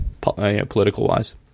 political-wise